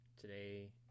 today